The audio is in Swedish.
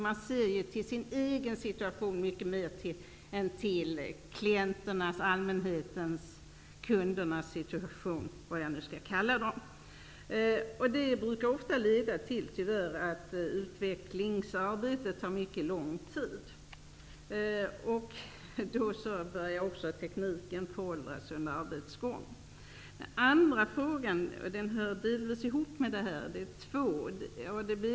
Man ser till sin egen situation mycket mer än till klienternas kundernas -- vad jag nu skall kalla dem. Det brukar tyvärr ofta leda till att utvecklingsarbetet tar mycket lång tid, och tekniken föråldras under arbetets gång. Den andra saken hör delvis ihop med detta. Det finns här två problem.